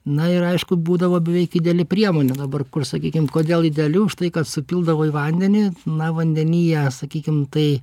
na ir aišku būdavo beveik ideali priemonė dabar kur sakykim kodėl ideali už tai kad supildavo į vandenį na vandenyje sakykim tai